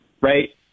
right